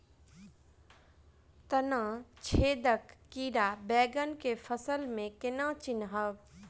तना छेदक कीड़ा बैंगन केँ फसल म केना चिनहब?